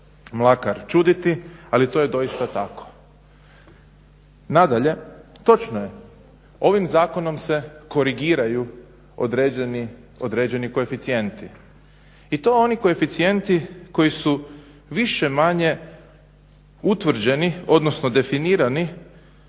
Mlakar čuditi, ali to je doista tako. Nadalje, točno je ovim zakonom se korigiraju određeni koeficijenti i to oni koeficijenti koji su više-manje utvrđeni, odnosno definirani